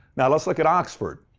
now let's look at oxford.